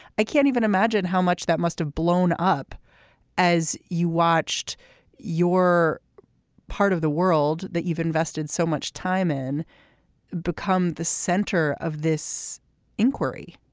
i can't even imagine how much that must have blown up as you watched your part of the world that you've invested so much time in become the center of this inquiry